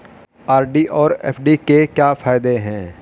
RD और FD के क्या फायदे हैं?